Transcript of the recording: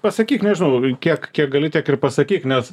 pasakyk nežinau kiek kiek gali tiek ir pasakyk nes